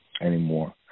anymore